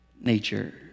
nature